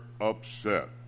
upset